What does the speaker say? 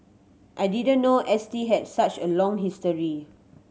I didn't know S T had such a long history